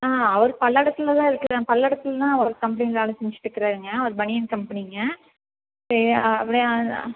ஆ அவரு பல்லடத்தில் தான் இருக்கறாங்க பல்லடத்தில் தான் ஒர்க் கம்பெனி வேலை செஞ்சிட்டுருக்கறாருங்க அவரு பனியன் கம்பெனிங்க வே ஆ